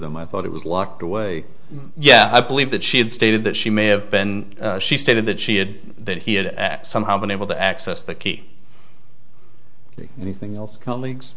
them i thought it was locked away yeah i believe that she had stated that she may have been she stated that she had that he had at somehow been able to access the key anything else colleagues